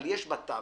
אבל יש בתווך